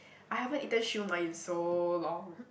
I haven't eaten siew mai in so long